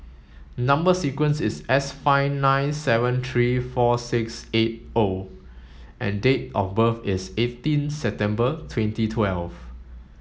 number sequence is S five nine seven three four six eight O and date of birth is eighteen September twenty twelve